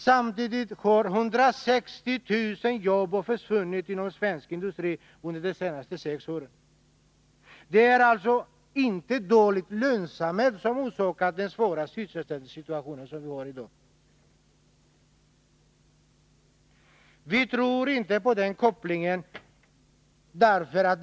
Samtidigt har 160 000 jobb försvunnit inom svensk industri under de senaste sex åren. Det är alltså inte dålig lönsamhet som orsakat den svåra sysselsättningssituationen. Vi tror inte på den kopplingen av följande skäl: 1.